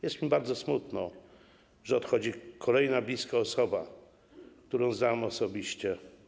Jest mi bardzo smutno, że odchodzi kolejna bliska osoba, którą znam osobiście.